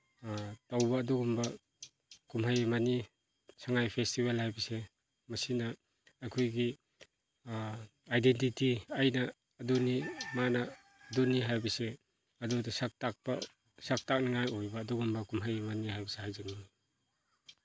ꯇꯧꯕ ꯑꯗꯨꯒꯨꯝꯕ ꯀꯨꯝꯍꯩ ꯑꯃꯅꯤ ꯁꯉꯥꯏ ꯐꯦꯁꯇꯤꯚꯦꯜ ꯍꯥꯏꯕꯁꯤ ꯃꯁꯤꯅ ꯑꯩꯈꯣꯏꯒꯤ ꯑꯥꯏꯗꯦꯟꯇꯤꯇꯤ ꯑꯩꯅ ꯑꯗꯨꯅꯤ ꯃꯥꯅ ꯑꯗꯨꯅꯤ ꯍꯥꯏꯕꯁꯤ ꯑꯗꯨꯗ ꯁꯛ ꯇꯥꯛꯅꯤꯉꯥꯏ ꯑꯣꯏꯕ ꯑꯗꯨꯒꯨꯝꯕ ꯀꯨꯝꯍꯩ ꯑꯃꯅꯤ ꯍꯥꯏꯕꯁꯦ ꯍꯥꯏꯖꯅꯤꯡꯉꯤ